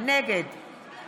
נגד אמילי